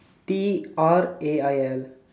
T R A I L